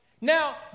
Now